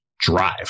drive